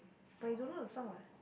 but you don't know the song what